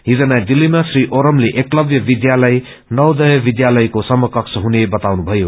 हिज नयौं दिल्लीमा श्री ओरामले एकतव्य विध्यालय नवोदय विध्यालयको समकक्ष हुने बताउनुभयो